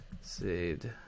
saved